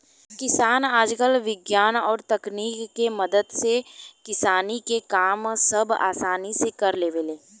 किसान आजकल विज्ञान और तकनीक के मदद से किसानी के काम सब असानी से कर लेवेले